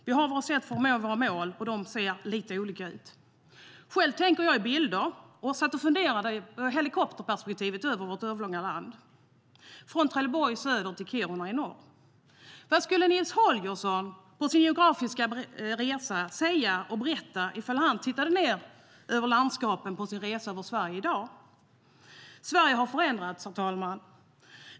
Vi har våra sätt att nå våra mål, och de ser lite olika ut. Sverige har förändrats, herr talman.